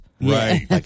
right